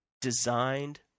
designed